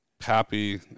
happy